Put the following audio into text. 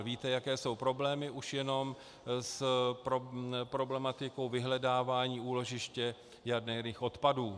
Víte, jaké jsou problémy už jenom s problematikou vyhledávání úložiště jaderných odpadů.